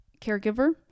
caregiver